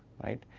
right,